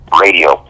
Radio